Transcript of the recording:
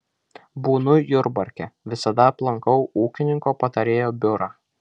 būnu jurbarke visada aplankau ūkininko patarėjo biurą